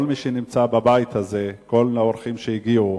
כל מי שנמצא בבית הזה, כל האורחים שהגיעו,